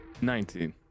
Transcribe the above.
Nineteen